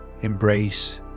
embrace